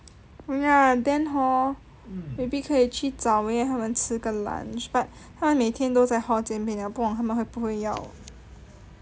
oh ya then hor maybe 可以去找他们吃个 lunch but 他们每天都在 hall 见面了不懂他们会不会要